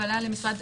קבלה למשרד.